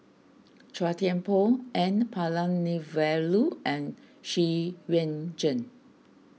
Chua Thian Poh N Palanivelu and Xu Yuan Zhen